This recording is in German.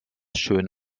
schön